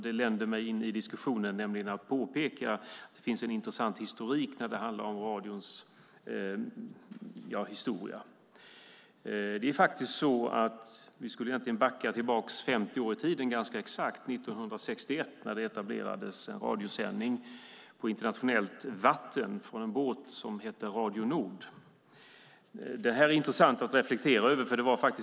Det får mig att påpeka att det finns en intressant historik när det handlar om radion. Vi kan backa ganska exakt 50 år tillbaka, nämligen till 1961. Då etablerades en radiosändning, Radio Nord, från en båt på internationellt vatten. Det är intressant att reflektera över.